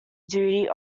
duty